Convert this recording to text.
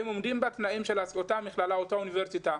והם עומדים בתנאים של אותה מכללה ואותה אוניברסיטה,